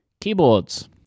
Keyboards